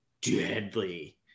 deadly